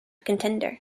contender